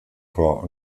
chor